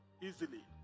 easily